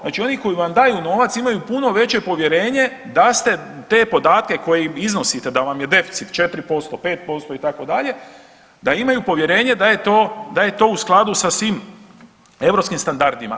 Znači oni koji vam daju novac imaju puno veće povjerenje da ste podatke koje iznosite da vam je deficit 4&, 5% itd. da imaju povjerenje da je to u skladu sa svim europskim standardima.